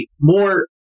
more